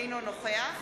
אינו נוכח